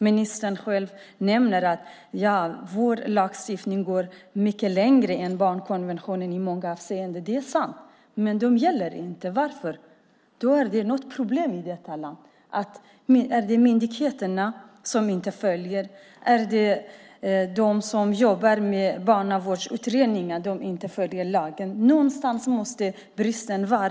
Ministern nämner själv att vår lagstiftning går mycket längre än barnkonventionen i många avseenden. Det är sant, med de följs inte. Varför? Det är ett problem i detta land. Är det myndigheterna som inte följer lagen? Är det de som jobbar med barnavårdsutredningar som inte följer lagen? Någonstans måste bristen finnas.